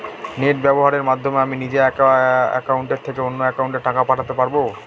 Net ব্যবহারের মাধ্যমে আমি নিজে এক অ্যাকাউন্টের থেকে অন্য অ্যাকাউন্টে টাকা পাঠাতে পারব?